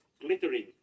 glittering